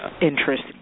interest